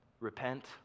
Repent